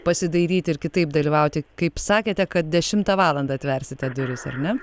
pasidairyti ir kitaip dalyvauti kaip sakėte kad dešimtą valandą atversite duris ar ne